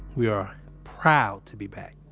we are proud to be back.